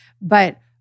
But-